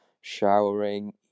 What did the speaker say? showering